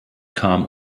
kam